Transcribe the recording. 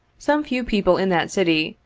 some few people in that city,